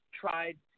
tried